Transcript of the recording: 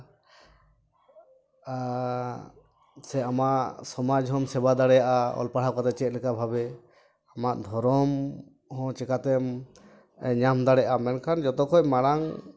ᱥᱮ ᱟᱢᱟᱜ ᱥᱚᱢᱟᱡᱽ ᱦᱚᱢ ᱥᱮᱵᱟ ᱫᱟᱲᱮᱭᱟᱜᱼᱟ ᱚᱞᱼᱯᱟᱲᱦᱟᱣ ᱠᱟᱛᱮ ᱪᱮᱫᱞᱮᱠᱟ ᱵᱷᱟᱵᱮ ᱟᱢᱟᱜ ᱫᱷᱚᱨᱚᱢ ᱦᱚᱸ ᱪᱮᱠᱟᱛᱮᱢ ᱧᱟᱢ ᱫᱟᱲᱮᱭᱟᱜᱼᱟ ᱢᱮᱱᱠᱷᱟᱱ ᱡᱚᱛᱚ ᱠᱷᱚᱱ ᱢᱟᱲᱟᱝ